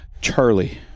Charlie